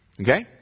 Okay